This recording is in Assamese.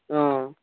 অ